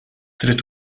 trid